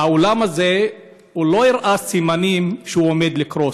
האולם הזה לא הראה סימנים שהוא עומד לקרוס,